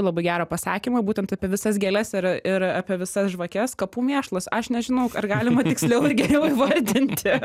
labai gerą pasakymą būtent apie visas gėles ir ir apie visas žvakes kapų mėšlas aš nežinau ar galima tiksliau ir geriau įvardinti